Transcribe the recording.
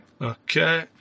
Okay